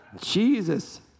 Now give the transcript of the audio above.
Jesus